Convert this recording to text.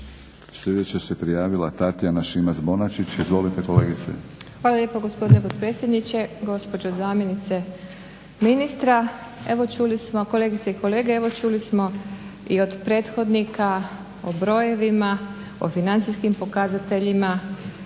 Sljedeća se prijavila Tatjana Šimac-Bonačić. Izvolite kolegice. **Šimac Bonačić, Tatjana (SDP)** Hvala lijepo gospodine potpredsjedniče, gospođo zamjenice ministra, kolegice i kolege. Evo čuli smo i od prethodnika o brojevima, o financijskim pokazateljima,